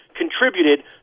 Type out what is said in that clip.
contributed